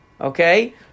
okay